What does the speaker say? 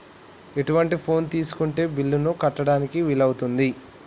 ఎటువంటి ఫోన్ తీసుకుంటే బిల్లులను కట్టడానికి వీలవుతది?